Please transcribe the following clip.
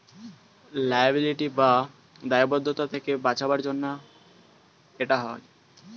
liability বা দায়বদ্ধতা থেকে বাঁচাবার জন্য এটা হয়